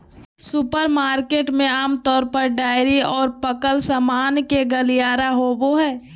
supermarket में आमतौर पर डेयरी और पकल सामान के गलियारा होबो हइ